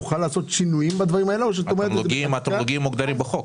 התמלוגים מוגדרים בחוק.